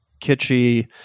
kitschy